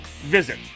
visit